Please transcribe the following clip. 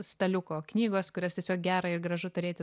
staliuko knygos kurias tiesiog gera ir gražu turėti